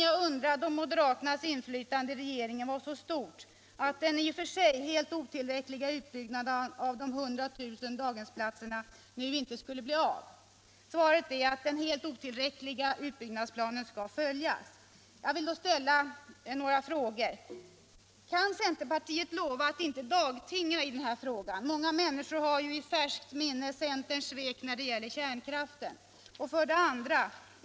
Jag undrade om moderaternas inflytande i regeringen var så stort att den i och för sig helt otillräckliga utbyggnaden av de 100 000 daghemsplatserna nu inte skulle bli av. Svaret är att den helt otillräckliga utbyggnadsplanen skall följas. Jag vill därför ställa några frågor: 1. Kan centerpartiet lova att inte dagtinga i den här frågan? Många människor har ju i färskt minne centerns svek när det gäller kärnkraften. 2.